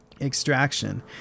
extraction